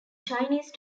chinese